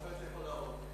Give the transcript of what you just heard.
שופט יכול להורות.